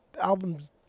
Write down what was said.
albums